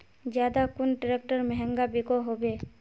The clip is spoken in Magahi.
ज्यादा कुन ट्रैक्टर महंगा बिको होबे?